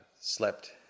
slept